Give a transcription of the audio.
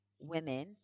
women